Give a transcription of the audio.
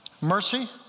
Mercy